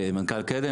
מנכ"ל "קדם",